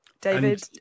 David